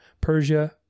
Persia